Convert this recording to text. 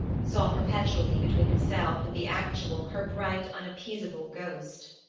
saw perpetually between himself and the actual her bright unappeasable ghost.